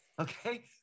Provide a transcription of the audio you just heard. Okay